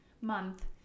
month